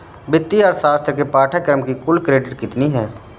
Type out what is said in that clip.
वित्तीय अर्थशास्त्र के पाठ्यक्रम की कुल क्रेडिट कितनी है?